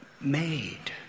made